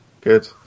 Good